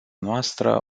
noastră